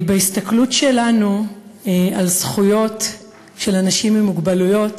בהסתכלות שלנו על זכויות של אנשים עם מוגבלויות